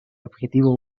objetivo